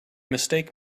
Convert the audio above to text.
mistake